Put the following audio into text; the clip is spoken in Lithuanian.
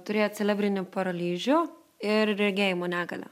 turėjo cerebrinį paralyžių ir regėjimo negalią